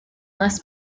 less